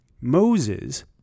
Moses